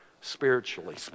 spiritually